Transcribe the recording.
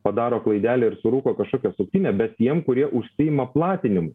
padaro klaidelę ir surūko kažkokią suktinę bet tiem kurie užsiima platinimu